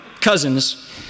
cousins